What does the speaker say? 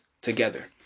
together